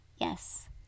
yes